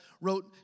wrote